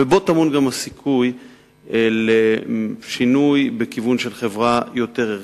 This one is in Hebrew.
ובו טמון גם הסיכוי לשינוי בכיוון של חברה יותר ערכית.